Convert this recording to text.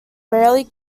rarely